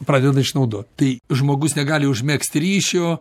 pradeda išnaudot tai žmogus negali užmegzti ryšio